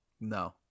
No